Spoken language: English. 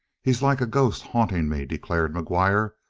he's like a ghost hauntin' me, declared mcguire,